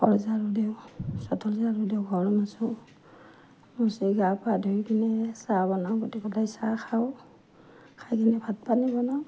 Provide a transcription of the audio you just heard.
ঘৰ ঝাৰু দিওঁ চোতাল ঝাৰু দিওঁ ঘৰ মুচোঁ মুচি গা পা ধুই কিনে চাহ বনাওঁ গোটেকেইটাই চাহ খাওঁ খাই কিনে ভাত পানী বনাওঁ